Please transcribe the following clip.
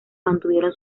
mantuvieron